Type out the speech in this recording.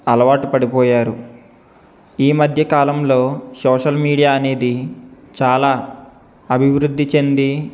అలవాటు పడిపోయారు ఈ మధ్యకాలంలో సోషల్ మీడియా అనేది చాలా అభివృద్ధి చెంది